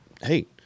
hey